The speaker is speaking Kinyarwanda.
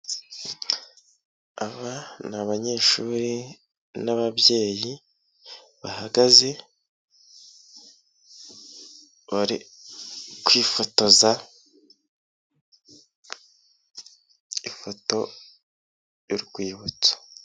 Aba ni abanyeshuri n'ababyeyi bahagaze, bari kwifotoza ifoto y'urwibutso.